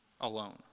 alone